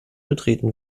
betreten